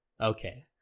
Okay